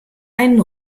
einen